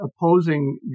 opposing